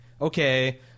okay